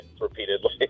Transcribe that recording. repeatedly